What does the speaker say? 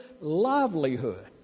livelihood